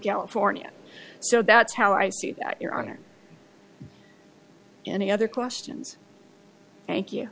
california so that's how i see that you're on or any other questions thank you